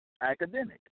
academic